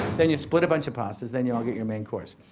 then you split a bunch of pastas, then you'll all get your main course.